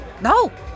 No